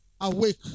awake